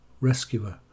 rescuer